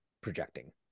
projecting